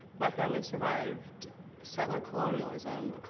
my family survived settler colonialism,